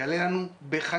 יעלה לנו בחיים.